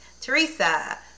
Teresa